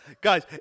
guys